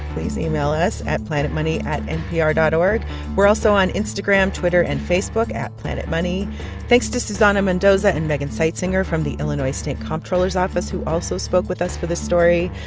please email us at planetmoney at npr dot o r also on instagram, twitter and facebook at planetmoney. thanks to susana mendoza and megan seitzinger from the illinois state comptroller's office, who also spoke with us for this story.